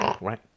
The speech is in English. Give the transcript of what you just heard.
right